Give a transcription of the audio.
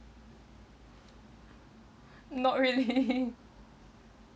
not really